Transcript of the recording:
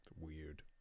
Weird